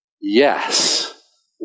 yes